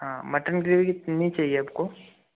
mutton biryani नहीं चाहिए आपको